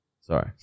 Sorry